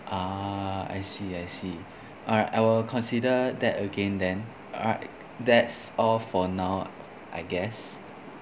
ah I see I see alright I will consider that again then alright that's all for now I guess